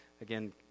again